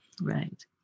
Right